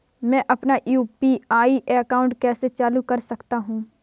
मैं अपना UPI account कैसे चालू कर सकता हूँ?